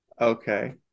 okay